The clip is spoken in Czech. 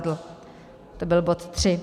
To byl bod tři.